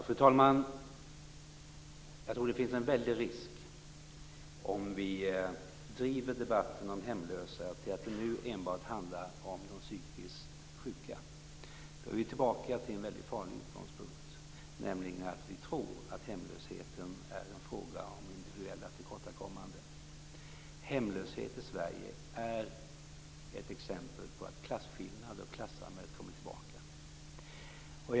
Fru talman! Jag tror att det finns en väldig risk om vi driver debatten om hemlösa till att det nu enbart handlar om de psykiskt sjuka. Då är vi tillbaka till en väldigt farlig utgångspunkt, nämligen att vi tror att hemlösheten är en fråga om individuella tillkortakommanden. Hemlöshet i Sverige är ett exempel på att klasskillnaderna och klassamhället kommer tillbaka.